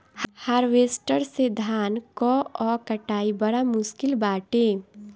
harvester से धान कअ कटाई बड़ा मुश्किल बाटे